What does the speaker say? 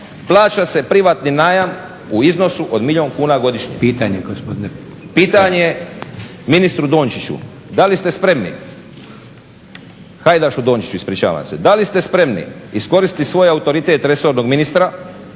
zastupniče. **Baranović, Petar (HNS)** Pitanje ministru Dončiću, da li ste spremni, Hajdašu-Dončiću ispričavam se, da li ste spremni iskoristiti svoj autoritet resornog ministra